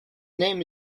name